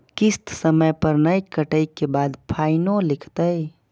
किस्त समय पर नय कटै के बाद फाइनो लिखते?